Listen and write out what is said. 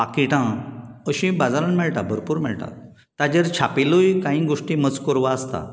पाकीटां अशी बाजारांत मेळटात भरपूर मेळटा ताचेर छापिलूय कांय गोश्टी मजकूर वो आसता